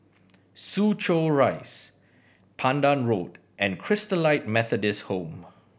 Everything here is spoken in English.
Soo Chow Rise Pandan Road and Christalite Methodist Home